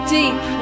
deep